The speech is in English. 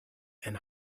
and